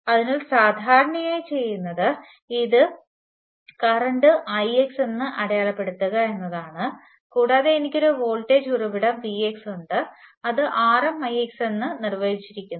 അതിനാൽ സാധാരണയായി ചെയ്യുന്നത് ഇത് കറണ്ട് Ix എന്ന് അടയാളപെടുത്തുക എന്നതാണ് കൂടാതെ എനിക്ക് ഒരു വോൾട്ടേജ് ഉറവിടം Vx ഉണ്ട് അത് RmIx എന്ന് നിർവചിച്ചിരിക്കുന്നു